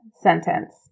sentence